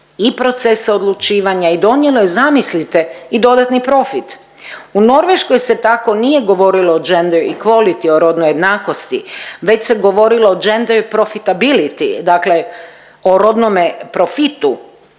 i procese odlučivanja i donijelo je, zamislite i dodatni profit. U Norveškoj se tako nije govorilo o gender equality o rodnoj jednakosti već se govorilo o gender profitability dakle o rodnome profitu